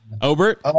Obert